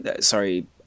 sorry